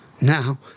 Now